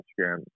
Instagram